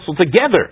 together